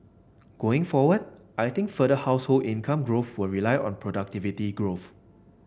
going forward I think further household income growth will rely on productivity growth